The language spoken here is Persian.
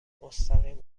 مستقیم